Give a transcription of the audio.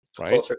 right